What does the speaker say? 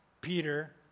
Peter